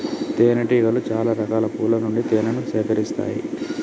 తేనె టీగలు చాల రకాల పూల నుండి తేనెను సేకరిస్తాయి